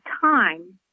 time